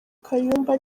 kayumba